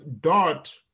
Dot